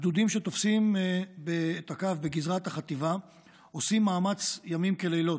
הגדודים שתופסים בקו בגזרת החטיבה עושים מאמץ ימים כלילות,